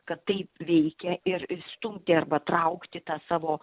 kad taip veikia ir stumti arba traukti tą savo